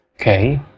okay